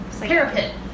Parapet